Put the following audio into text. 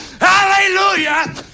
Hallelujah